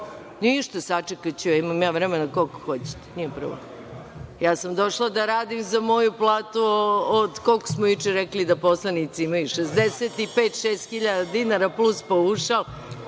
Ništa, sačekaću ja, imam ja vremena koliko hoćete, nije problem. Ja sam došla da radim za moju platu od, koliko smo juče rekli da poslanici imaju, 65 – 66 hiljada dinara, plus paušal.